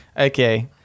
okay